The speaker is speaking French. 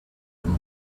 offre